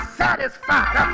satisfied